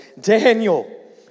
Daniel